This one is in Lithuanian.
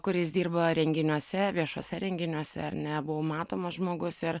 kuris dirba renginiuose viešuose renginiuose nebuvau matomas žmogus ir